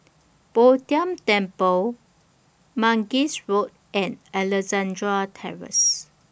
Bo Tien Temple Mangis Road and Alexandra Terrace